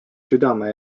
südame